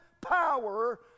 power